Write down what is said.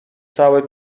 całe